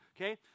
Okay